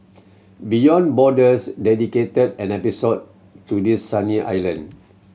Beyond Borders dedicated an episode to this sunny island